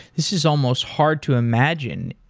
this is almost hard to imagine.